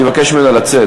אני אבקש ממנה לצאת,